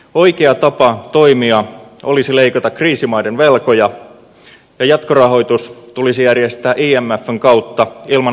oikea tapa toimia olisi leikata kriisimaiden velkoja ja jatkorahoitus tulisi järjestää imfn kautta ilman välikäsiä